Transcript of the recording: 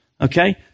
Okay